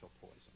poison